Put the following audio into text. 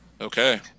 Okay